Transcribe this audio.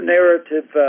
Narrative